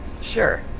Sure